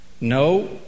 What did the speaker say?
No